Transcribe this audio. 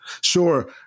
Sure